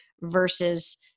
versus